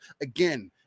again